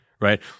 right